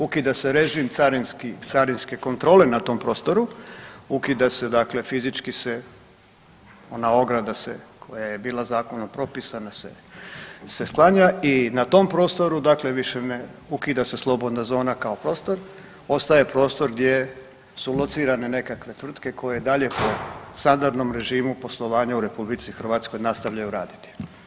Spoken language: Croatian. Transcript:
Ukida se režim carinske kontrole na tom prostoru, ukida se fizički se ona ograda koja je bila zakonom propisana se sklanja i na tom prostoru dakle više ne ukida se slobodna zona kao prostor, ostaje prostor gdje su locirane nekakve tvrtke koje i dalje po standardnom režimu poslovanja u RH nastavljaju raditi.